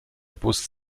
bus